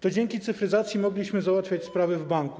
To dzięki cyfryzacji mogliśmy załatwiać sprawy w banku.